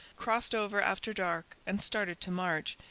crossed over after dark, and started to march,